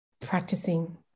practicing